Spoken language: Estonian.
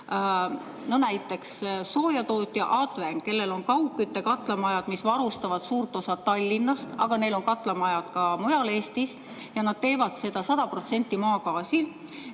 Näiteks soojatootjal Adven, kellel on kaugkütte katlamajad, mis varustavad suurt osa Tallinnast, aga neil on katlamaju ka mujal Eestis ja need töötavad sada protsenti maagaasil,